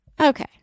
Okay